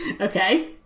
Okay